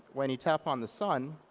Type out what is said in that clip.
when you tap on the sun,